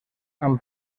amb